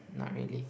not really